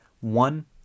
One